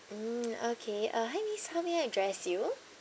mm okay uh hi miss how may I address you